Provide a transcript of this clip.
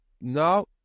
Now